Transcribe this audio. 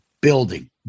building